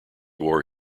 wore